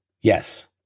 Yes